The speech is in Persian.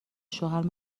شوهر